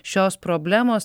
šios problemos